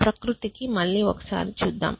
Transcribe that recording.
ప్రకృతి గురించి మళ్ళీ ఒకసారి చూద్దాం